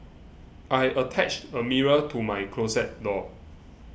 I attached a mirror to my closet door